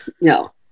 No